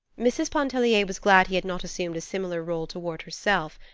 mrs. pontellier was glad he had not assumed a similar role toward herself.